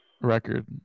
Record